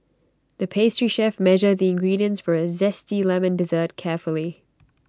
the pastry chef measured the ingredients for A Zesty Lemon Dessert carefully